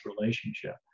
relationship